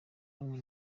rumwe